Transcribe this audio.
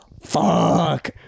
Fuck